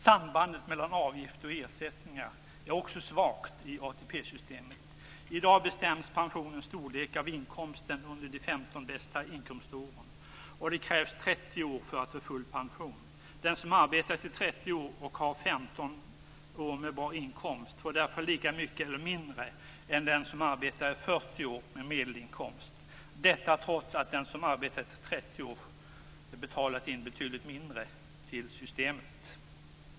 Sambandet mellan avgifter och ersättningar är också svagt i ATP-systemet. I dag bestäms pensionens storlek av inkomsten under de 15 bästa inkomståren, och det krävs 30 år för att få full pension. Den som arbetat i 30 år och har 15 år med bra inkomst får därför lika mycket, eller mer, än den som arbetat i 40 år med medelinkomst. Detta trots att den som arbetat i 30 år betalat in betydligt mindre till systemet.